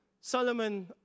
Solomon